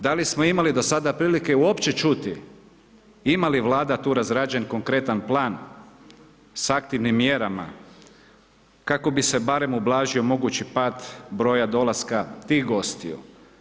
Da li smo imali do sada prilike uopće čuti, ima li Vlada tu razrađen konkretan plan s aktivnim mjerama kako bi se barem ublažio mogući pad broja dolaska tih gostiju.